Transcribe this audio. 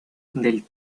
del